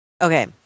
Okay